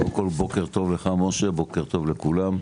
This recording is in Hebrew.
קודם כל בוקר טוב לך משה בוקר טוב לכולם,